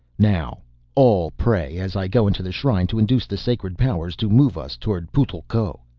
now all pray as i go into the shrine to induce the sacred powers to move us towards putl'ko.